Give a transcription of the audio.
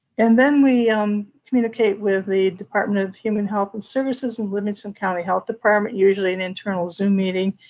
and then we communicate with the department of human health and services and livingston county health department, usually an internal zoom meeting,